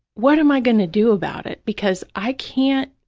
what am i going to do about it, because i can't,